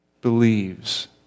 believes